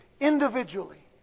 individually